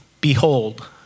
Behold